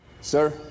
Sir